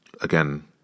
again